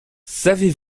savez